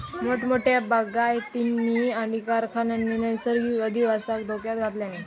मोठमोठ्या बागायतींनी आणि कारखान्यांनी नैसर्गिक अधिवासाक धोक्यात घातल्यानी